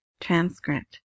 transcript